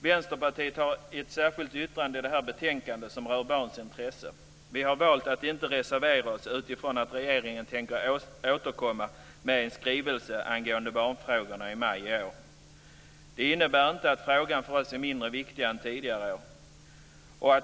Vänsterpartiet har ett särskilt yttrande i det här betänkandet som rör barns intressen. Vi har valt att inte reservera oss utifrån att regeringen tänker återkomma med en skrivelse i maj i år angående barnfrågorna. Det innebär inte att frågan är mindre viktig än tidigare för oss.